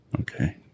okay